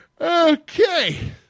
Okay